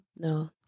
No